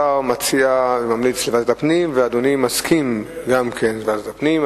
השר ממליץ לוועדת הפנים ואדוני מסכים גם כן לוועדת הפנים.